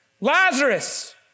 Lazarus